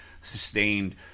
sustained